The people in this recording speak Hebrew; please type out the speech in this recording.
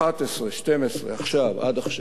ב-2011/12, עכשיו, עד עכשיו,